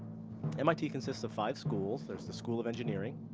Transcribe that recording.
mit consists of five schools. there's the school of engineering,